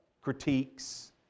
critiques